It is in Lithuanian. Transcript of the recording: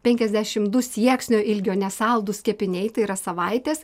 penkiasdešim du sieksnio ilgio nesaldūs kepiniai tai yra savaitės